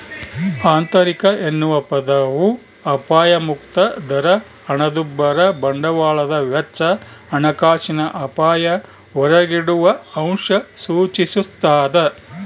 ಆಂತರಿಕ ಎನ್ನುವ ಪದವು ಅಪಾಯಮುಕ್ತ ದರ ಹಣದುಬ್ಬರ ಬಂಡವಾಳದ ವೆಚ್ಚ ಹಣಕಾಸಿನ ಅಪಾಯ ಹೊರಗಿಡುವಅಂಶ ಸೂಚಿಸ್ತಾದ